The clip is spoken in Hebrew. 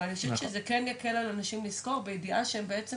אבל אני חושבת שזה כן יקל על אנשים לשכור בידיעה שבסופו של דבר בעצם